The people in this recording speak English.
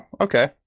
okay